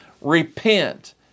Repent